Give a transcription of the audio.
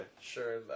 Sure